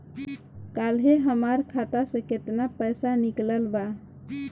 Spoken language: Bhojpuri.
काल्हे हमार खाता से केतना पैसा निकलल बा?